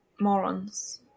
morons